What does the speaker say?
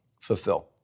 fulfill